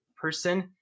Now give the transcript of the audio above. person